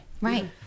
right